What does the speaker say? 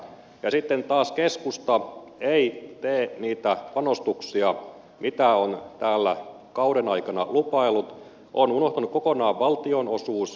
ja sitten taas keskusta ei tee niitä panostuksia mitä on täällä kauden aikana lupaillut on unohtanut kokonaan valtionosuuslisäykset